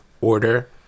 order